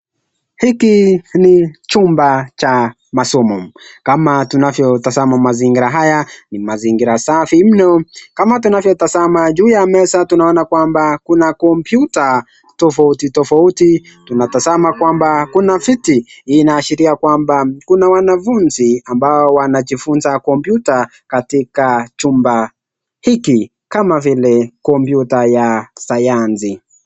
Hiki ni chumba cha masomo. Kama tunavyotazama mazingira haya, ni mazingira safi mno. Kama tunavyotazama juu ya meza tunaona kwamba kuna kompyuta tofauti tofauti. Tunatazama kwamba kuna viti. Hii inaashiria kwamba ni wanafunzi ambayo wanajifunza kompyuta katika chumba hiki, kama vile kompyuta ya sayansi